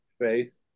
faith